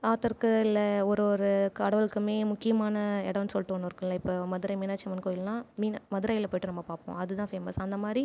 ஆத்தருக்கு இல்லை ஒரு ஒரு கடவுளுக்குமே முக்கியமான இடம்னு சொல்லிட்டு ஒன்று இருக்கும்ல இப்போ மதுரை மீனாட்சி அம்மன் கோவில்லாம் மீனா மதுரையில போய்விட்டு பார்ப்போம் அது தான் ஃபேமஸ் அந்தமாதிரி